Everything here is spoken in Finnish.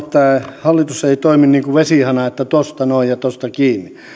tämä hallitus ei toimi niin kuin vesihana että tuosta noin ja tuosta kiinni